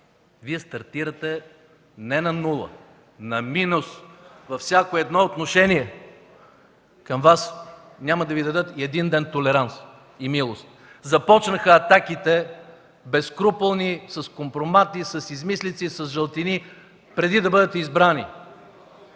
Вие стартирате не на нула, а на минус във всяко едно отношение. Към Вас няма да дадат и един ден толеранс и милост. Започнаха безскрупулни атаки с компромати, с измислици, с жълтини, преди да бъдете избрани.